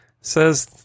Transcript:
says